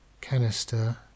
canister